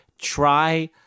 try